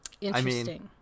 Interesting